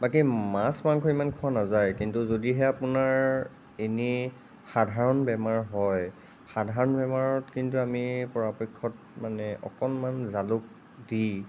বাকী মাছ মাংস ইমান খোৱা নাযায় কিন্তু যদিহে আপোনাৰ ইনেই সাধাৰণ বেমাৰ হয় সাধাৰণ বেমাৰত কিন্তু আমি পৰাপক্ষত মানে অকণমান জালুক